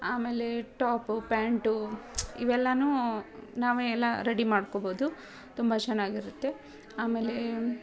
ಆಮೇಲೆ top pant ಇವೆಲ್ಲಾ ನಾವೇ ಎಲ್ಲ ರೆಡಿ ಮಾಡ್ಕೋಬೋದು ತುಂಬ ಚೆನ್ನಾಗಿರುತ್ತೆ ಆಮೇಲೆ